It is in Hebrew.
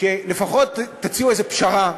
שלפחות תציעו איזה פשרה,